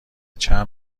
چند